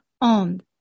on